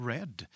Red